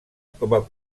com